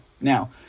Now